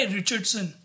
Richardson